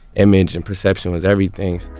image and perception was everything.